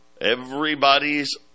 everybody's